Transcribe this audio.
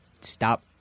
stop